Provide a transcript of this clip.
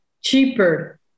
cheaper